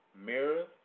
mirrors